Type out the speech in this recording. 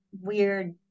weird